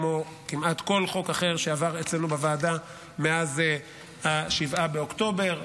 כמו כמעט כל חוק אחר שעבר אצלנו בוועדה מאז 7 באוקטובר,